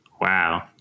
Wow